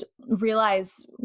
realize